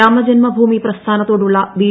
രാമജന്മഭൂമി പ്രസ്ഥാനത്തോടുള്ള ബി